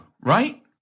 right